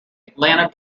atlanta